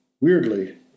weirdly